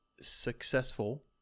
successful